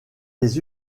les